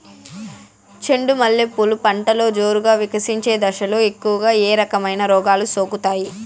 చెండు మల్లె పూలు పంటలో జోరుగా వికసించే దశలో ఎక్కువగా ఏ రకమైన రోగాలు సోకుతాయి?